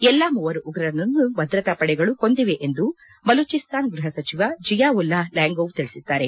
ಎಲ್ಲಾ ಮೂವರು ಉಗ್ರರನ್ನು ಭದ್ರತಾ ಪಡೆಗಳು ಕೊಂದಿವೆ ಎಂದು ಬಲೂಚಿಸ್ತಾನ್ ಗೃಹಸಚಿವ ಜಿಯಾಉಲ್ಲಾಹ್ ಲ್ಲಾಂಗೋವ್ ತಿಳಿಸಿದ್ದಾರೆ